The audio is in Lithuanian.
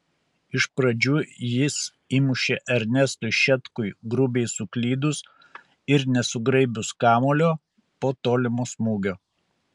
iš pradžių jis įmušė ernestui šetkui grubiai suklydus ir nesugraibius kamuolio po tolimo smūgio